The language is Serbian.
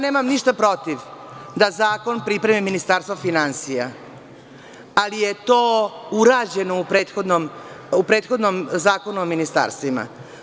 Nemam ništa protiv da zakon pripremi Ministarstvo finansija, ali je to urađeno u prethodnom Zakonu o ministarstvima.